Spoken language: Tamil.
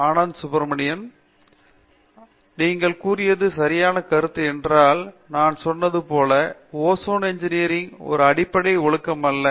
ஆனந்தா சுப்பிரமணியன் ஆமாம் நீங்கள் கூறியது சரியான கருத்து ஏனென்றால் நான் சொன்னது போல ஓசான் இன்ஜினியரில் ஒரு அடிப்படை ஒழுக்கம் அல்ல